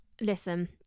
listen